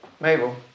Mabel